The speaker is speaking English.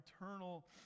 eternal